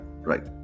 right